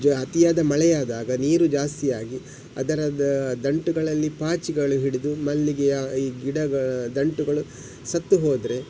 ಜಾ ಅತಿಯಾದ ಮಳೆಯಾದಾಗ ನೀರು ಜಾಸ್ತಿಯಾಗಿ ಅದರ ದಂಟುಗಳಲ್ಲಿ ಪಾಚಿಗಳು ಹಿಡಿದು ಮಲ್ಲಿಗೆಯ ಈ ಗಿಡದ ದಂಟುಗಳು ಸತ್ತು ಹೋದರೆ